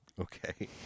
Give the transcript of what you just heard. Okay